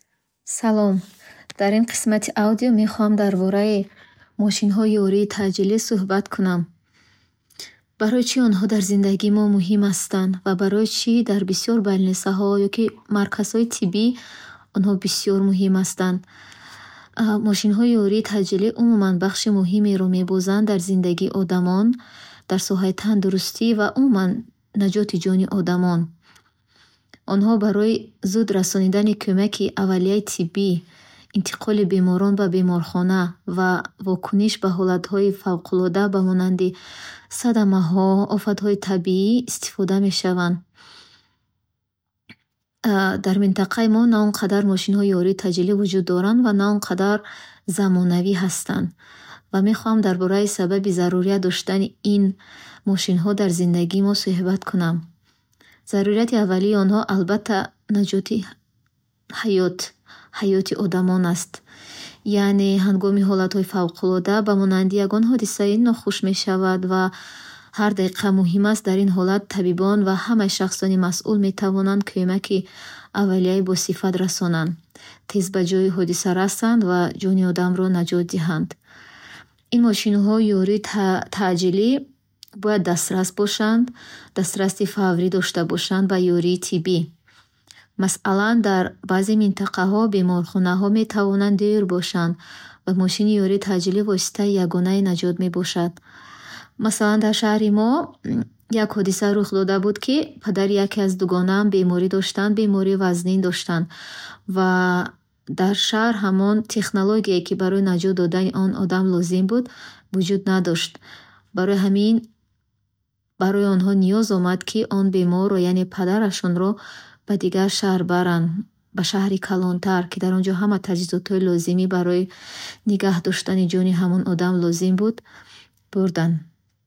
Салом. Дар ин қисмати аудио мехоҳам дар бораи мошинҳои ёрии таъҷилӣ сӯҳбат кунам. Барои чӣ онҳо дар зиндагии мо мӯҳим ҳастанд ва барои чӣ дар бисер балнесаҳо ё ки марказҳои тиббӣ онҳо бисер муҳим ҳастанд? Мошинҳои ёрии таъҷилӣ умуман бахши муҳимеро мебозанд дар зиндагии одамон, дар соҳаи тандурустӣ ва умуман наҷоти ҷони одамон. Онҳо барои зӯд расонидани кӯмаки аввалияи тиббӣ, интиқоли беморон ба беморхона ва вокуниш ба ҳолатҳои фавқуллода ба монанди садамаҳо, офатҳои табии истифода мешаванд. Дар минтақаи мо на он қадар мошинҳои ёрии таъҷилӣ вуҷуд доранд ва на он қадар замонавӣ ҳастанд ва мехоҳам дар бораи сабаби зарурият доштани ин мошинҳо дар зиндагии мо сӯҳбат кунам. Зарурияти аввали онҳо ин албатта наҷоти ҳает, ҳаети одамон аст. Яъне ҳагоми ягон ҳолати фавқуллода, яъне ягон ҳодисаи нохуш мешавад, ва ҳар дақиқа муҳим ҳаст. Дар ин ҳолат табибон ва ҳама шахсони масъул метавонанд кӯмаки аввалияи босифат расонанд. Тез ба ҷои ҳодиса расанд ва ҷони одамо наҷот диҳанд. Ин мошинҳои ёрии таъ- таъҷилӣ бояд дастрас бошанд. Дастраси фаврӣ дошта бошанд ба ёрии тиббӣ. Масъалан дар баъзе минтақаҳо беморхораҳо метавонанд дӯр бошанд ва мошини ёрии таъҷилӣ воситаи ягонаи наҷот мебошад. Масъалан двр шаҳри мо як ҳодиса рух дод буд, ки падари як дугонаам беморӣ доштанд, бемории вазнин доштанд ваа дар шаҳр ҳамон технологияе, ки барои наҷот додани ҳамон одам лозим буд, вуҷуд надошт. Барои ҳамин, барои онҳо ниез омад, ки он беморро яъне падарашонро ба дигар шаҳр баранд. Ба шаҳри калонтар, ки дар он ҷо ҳама таҷҳизотҳо барои нигаҳ дортани ҷони ҳамон одам лозим буд бурданд.